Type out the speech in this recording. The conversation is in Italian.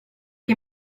che